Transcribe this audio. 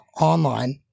online